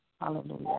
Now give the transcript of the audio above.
Hallelujah